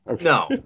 no